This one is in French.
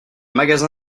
magazin